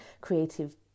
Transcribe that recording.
creative